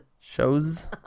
Shows